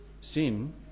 Sin